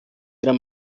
ihrer